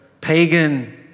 pagan